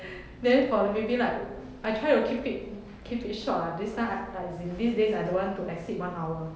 then for the maybe like I try to keep it keep it short lah this time I uh as in these days I don't want to exceed one hour